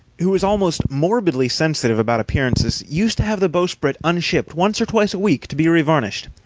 who was almost morbidly sensitive about appearances, used to have the bowsprit unshipped once or twice a week to be revarnished,